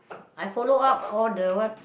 I follow up all the what